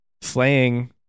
slaying